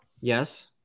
Yes